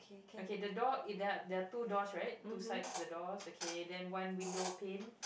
okay the door eh there are there are two doors right two sides of the doors okay then one window pane